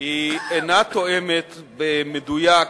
אינה תואמת במדויק,